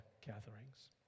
gatherings